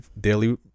daily